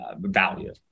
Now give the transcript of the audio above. value